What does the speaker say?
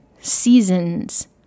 seasons